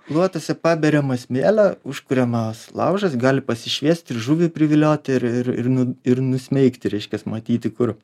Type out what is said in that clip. luotuose paberiama smėlio užkuriamas laužas gali pasišviest ir žuvį priviliot ir ir ir nu ir nusmeigti reiškias matyti kur